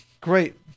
Great